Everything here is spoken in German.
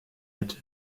hätte